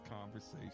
conversation